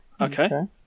okay